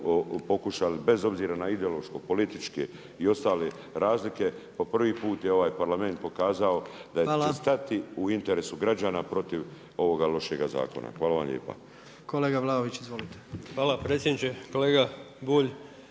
pokušali, bez obzira na ideološko, političke i ostale razlike, po prvi put je ovaj Parlament pokazao da će stati u interesu građana protiv ovoga lošega zakona. Hvala vam lijepa. **Jandroković, Gordan (HDZ)** Kolega